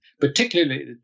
particularly